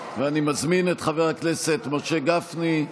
אני מזמין את חבר הכנסת משה גפני,